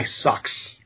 sucks